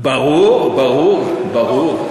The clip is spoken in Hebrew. ברור, ברור, ברור.